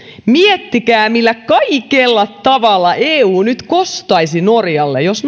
miettikää millä kaikella tavalla eu nyt kostaisi norjalle jos